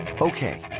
okay